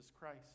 Christ